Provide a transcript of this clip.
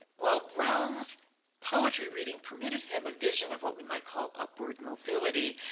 while brown's poetry reading permitted him a vision of what we might call upward mobility,